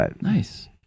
nice